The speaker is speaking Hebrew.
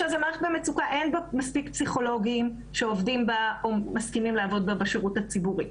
אין בה מספיק פסיכולוגים שעובדים או מסכימים לעבוד בשירות הציבורי.